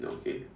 okay